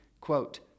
quote